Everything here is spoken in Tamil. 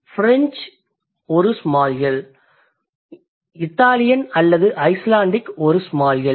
பிரெஞ்சு ஒரு ஸ்மால் எல் இத்தாலியன் அல்லது ஐஸ்லாண்டிக் ஒரு ஸ்மால் எல்